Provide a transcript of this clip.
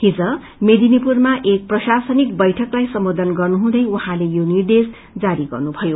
हिज मेदनीपुरमा एक प्रशासनिक बैठकलाइ सम्बोधन गर्नुहुँदै यो निर्देश जारी गर्नुभयो